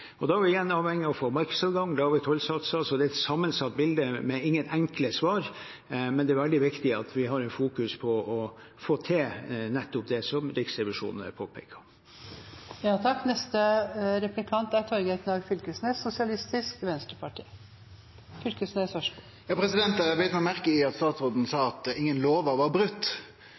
Da er vi igjen avhengige av å få markedsadgang og lave tollsatser. Så det er et sammensatt bilde og ingen enkle svar. Men det er veldig viktig at vi fokuserer på å få til nettopp det som Riksrevisjonen påpeker. Eg beit meg merke i at statsråden sa at ingen lovar var brotne. Men her står vi og ser på ein rapport frå Riksrevisjonen som nettopp påpeiker at